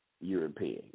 European